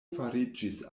fariĝis